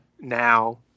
now